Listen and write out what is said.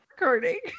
recording